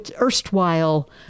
erstwhile